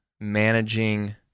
managing